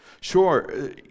Sure